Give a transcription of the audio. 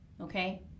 Okay